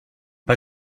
pas